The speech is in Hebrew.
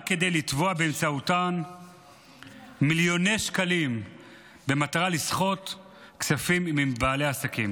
רק כדי לתבוע באמצעותם מיליוני שקלים במטרה לסחוט כספים מבעלי עסקים.